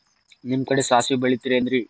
ನಿಮ್ಮ ಕಡೆ ಸಾಸ್ವಿ ಬೆಳಿತಿರೆನ್ರಿ?